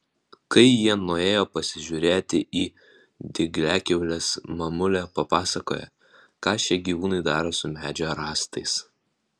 kai jie nuėjo pasižiūrėti į dygliakiaules mamulė papasakojo ką šie gyvūnai daro su medžio rąstais